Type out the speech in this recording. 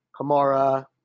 Kamara